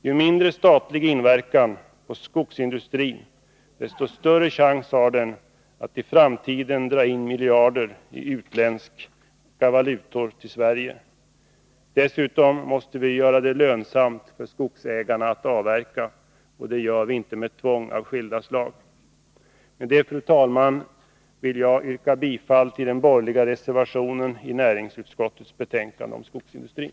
Ju mindre statlig inverkan på skogsindustrin, desto större chans har den att även i framtiden dra in miljarder i utländska valutor till Sverige. Dessutom måste vi göra det lönsamt för skogsägarna att avverka. Det gör vi inte med tvång av skilda slag. Fru talman! Med detta vill jag yrka bifall till den borgerliga reservationen i näringsutskottets betänkande om skogsindustrin.